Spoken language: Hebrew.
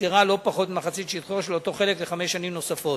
הושכרה לא פחות ממחצית שטחו של אותו חלק לחמש שנים נוספות.